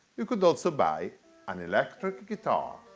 you could also buy an electric guitar.